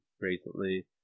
recently